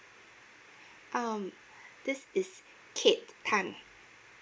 um this is kate tan